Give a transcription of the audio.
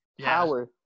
power